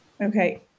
Okay